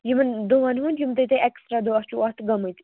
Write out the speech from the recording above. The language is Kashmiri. یِمن دۅہن ہُنٛد یِم تہِ تۄہہِ ایٚکسٹرا دۄہ چھُ اتھ گٲمٕتۍ